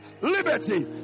liberty